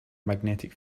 magnetic